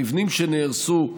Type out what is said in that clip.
המבנים שנהרסו,